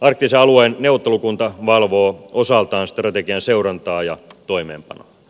arktisen alueen neuvottelukunta valvoo osaltaan strategian seurantaa ja toimeenpanoa